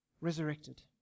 Resurrected